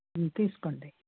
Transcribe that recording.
తీసుకోండి